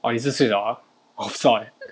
orh 你是最小啊我不知道 leh